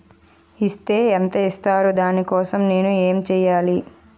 Is తే ఎంత ఇస్తారు దాని కోసం నేను ఎంచ్యేయాలి?